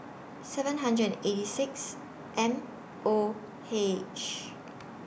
seven hundred and eighty six M O H